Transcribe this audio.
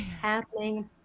happening